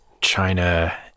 China